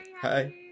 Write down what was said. Hi